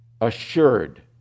assured